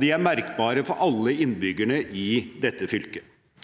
er merkbare for alle innbyggerne i dette fylket.